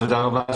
שלום ותודה רבה.